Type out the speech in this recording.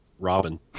robin